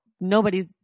nobody's